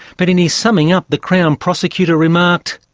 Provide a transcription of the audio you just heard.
but in his summing up the crown prosecutor remarked,